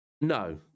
no